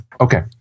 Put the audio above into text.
okay